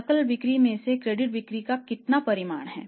सकल बिक्री में से क्रेडिट बिक्री का कितना परिमाण है